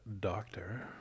doctor